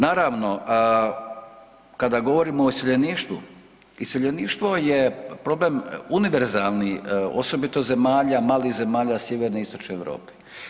Naravno kada govorimo o iseljeništvu, iseljeništvo je problem univerzalni osobito zemalja, malih zemalja sjeverne i istočne Europe.